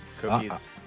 cookies